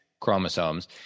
chromosomes